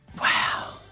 Wow